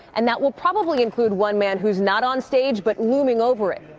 and that will probably include one man who's not on stage, but looming over it,